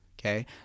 okay